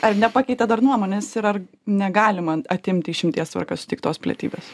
ar nepakeitėt dar nuomonės ir ar negalima atimti išimties tvarka suteiktos pilietybės